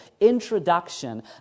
introduction